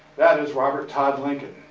that is robert todd lincoln.